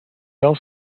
cell